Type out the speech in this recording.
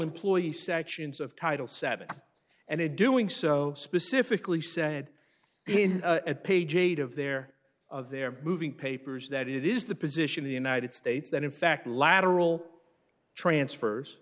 employee sections of title seven and it doing so specifically said at page eight of their of their moving papers that it is the position the united states that in fact lateral transfers